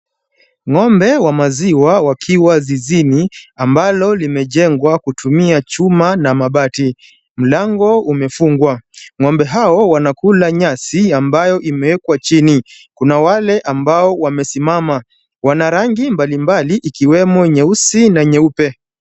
Ng'ombe wa maziwa wakiwa zizini ambalo limejengwa kutumia chuma na mabati. Mlango umefungwa. Ng'ombe hao wanakula nyasi ambayo imewekwa chini. Kuna wale ambao wamesimama. Wana rangi mbalimbali ikiwemo nyeusi na nyeupe.